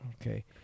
Okay